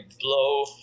blow